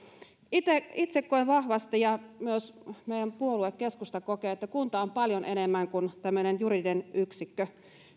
itse koen vahvasti ja myös meidän puolue keskusta kokee että kunta on paljon enemmän kuin tämmöinen juridinen yksikkö